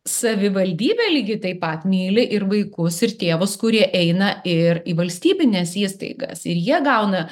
savivaldybė lygiai taip pat myli ir vaikus ir tėvus kurie eina ir į valstybines įstaigas ir jie gauna